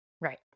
Right